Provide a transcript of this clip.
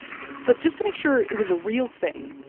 but just to make sure it was a real thing,